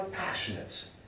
passionate